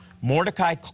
Mordecai